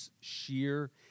sheer